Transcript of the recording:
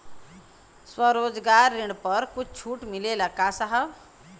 स्वरोजगार ऋण पर कुछ छूट मिलेला का साहब?